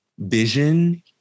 vision